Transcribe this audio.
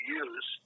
use